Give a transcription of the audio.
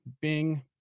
Bing